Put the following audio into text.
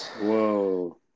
Whoa